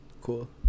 Cool